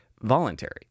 voluntary